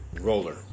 roller